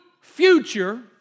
future